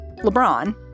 LeBron